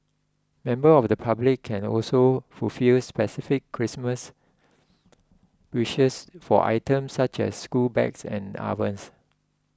members of the public can also fulfils specific Christmas wishes for items such as school bags and ovens